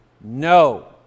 No